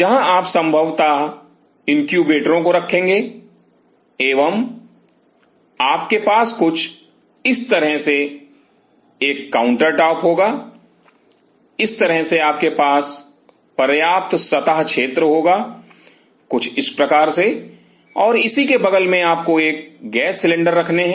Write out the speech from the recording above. जहां आप संभवत इनक्यूबेटरो को रखेंगे एवं आपके पास कुछ इस तरह से एक काउंटरटॉप होगा इस तरह से आपके पास पर्याप्त सतह क्षेत्र होगा कुछ इस प्रकार से और इसी के बगल में आपको एक गैस सिलेंडर रखने है